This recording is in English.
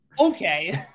Okay